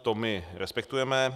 To my respektujeme.